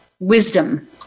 wisdom